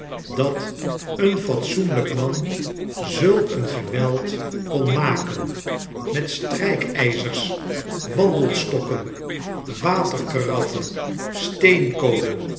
dat een fatsoenlijk man zulk een geweld kon maken met strpyzers wandelstokken waterkaraffen